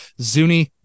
Zuni